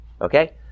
Okay